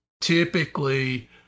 typically